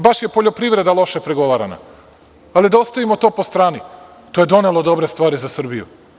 Baš je poljoprivreda loše pregovarana, ali da ostavimo to po strani, to je donelo dobre stvari za Srbiju.